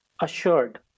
assured